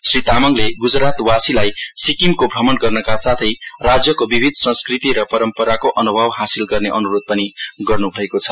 श्री तामाङले गुजरातवासीलाई सिक्किमको भ्रमण गर्नका साथै राज्यको विविध संस्कृति र परम्पराको अनुभव हासिल गर्ने अनुरोध गर्नुभएको छ